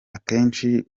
akenshi